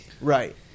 Right